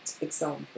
example